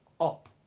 up